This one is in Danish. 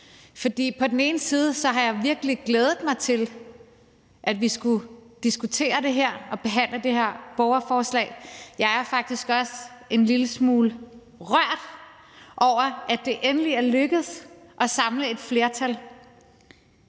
på den ene side har jeg virkelig glædet mig til, at vi skulle diskutere det her og behandle det her borgerforslag, og jeg er faktisk også en lille smule rørt over, at det endelig er lykkedes at samle et flertal.